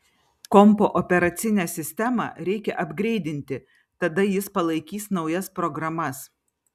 kompo operacinę sistemą reikia apgreidinti tada jis palaikys naujas programas